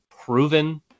proven